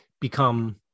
become